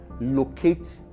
Locate